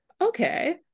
Okay